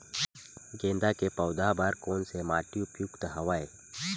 गेंदा के पौधा बर कोन से माटी उपयुक्त हवय?